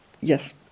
Yes